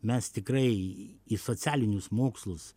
mes tikrai į socialinius mokslus